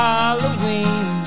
Halloween